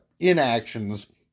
inactions